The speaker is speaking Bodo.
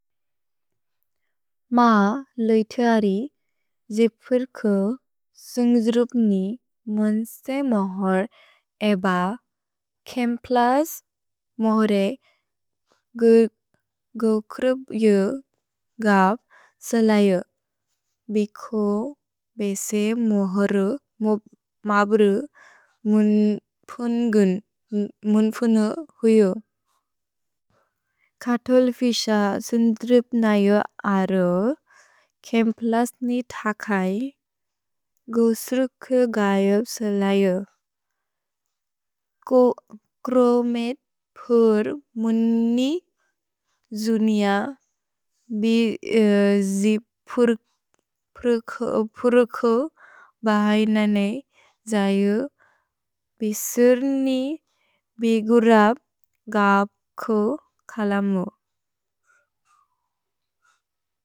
म् लेइथिअरि जेप्फेर्को सुन्ग्ज्रुप्नि मुन्से मोहोर् एब खेम्प्लस् मोहोरे गुक्रुप् यु ग्प् सेलयु। भिको बेसे म्होरे, म्प्, म्ब्रु, मुन् फुन्गुन्, मुन् फुनु हुयो। कतोल् फिस सुन्ग्ज्रुप्नयो अरो खेम्प्लस्नि थकै गुस्रुक् ग्यप् सेलयु। को क्रोमेत् फुर् मुन्नि जुनिअ बि जेप्फेर्को बहैनने जयु बिसुर्नि बिगुरप् ग्प् को खलमु।